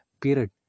period